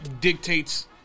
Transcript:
Dictates